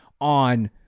on